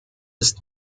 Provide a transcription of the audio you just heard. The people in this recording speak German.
ist